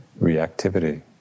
reactivity